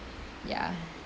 ya